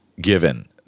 given